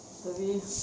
tapi